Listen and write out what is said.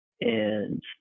And-